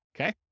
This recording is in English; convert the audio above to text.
Okay